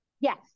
Yes